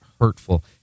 hurtful